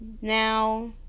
Now